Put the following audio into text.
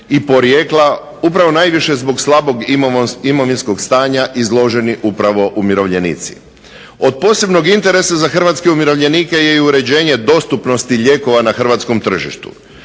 i porijekla upravo najviše zbog slabog imovinskog stanja izloženi upravo umirovljenici. Od posebnog interesa za hrvatske umirovljenike je i uređenje dostupnosti lijekova na hrvatskom tržištu.